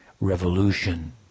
revolution